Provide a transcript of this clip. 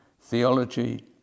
theology